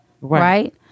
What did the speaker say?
right